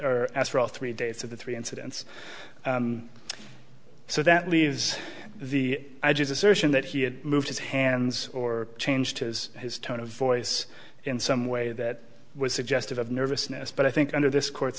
as for all three dates of the three incidents so that leaves the edges assertion that he had moved his hands or changed his his tone of voice in some way that was suggestive of nervousness but i think under this court